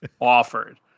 offered